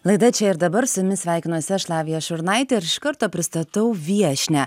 laida čia ir dabar su jumis sveikinuosi aš lavija šurnaitė ir iš karto pristatau viešnią